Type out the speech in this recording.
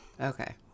Okay